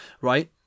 right